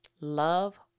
love